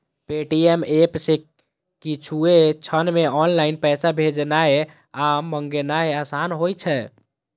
Paytm app सं किछुए क्षण मे ऑनलाइन पैसा भेजनाय आ मंगेनाय आसान होइ छै